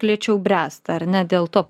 lėčiau bręsta ar ne dėl to